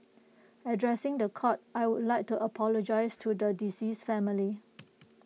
addressing The Court I would like to apologise to the deceased's family